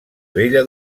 bella